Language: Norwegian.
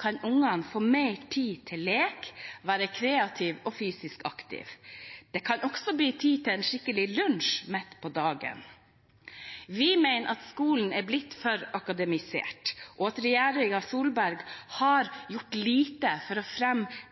kan ungene få mer tid til lek, være kreative og fysisk aktive. Det kan også bli tid til en skikkelig lunsj midt på dagen. Vi mener at skolen er blitt for akademisert, og at regjeringen Solberg har gjort lite for å fremme